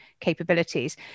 capabilities